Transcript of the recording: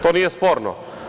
To nije sporno.